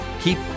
keep